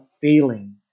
feeling